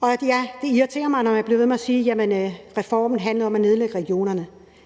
Og ja, det irriterer mig, når man bliver ved med at sige, at reformen handlede om at nedlægge regionerne.